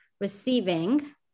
receiving